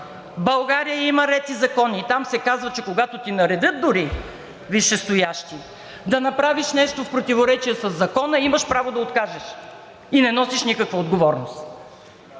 България има ред и закони и там се казва, че когато ти наредят дори висшестоящи да направиш нещо в противоречие със закона, имаш право да откажеш и не носиш никаква отговорност.